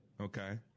Okay